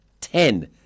Ten